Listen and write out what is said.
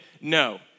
no